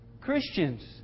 Christians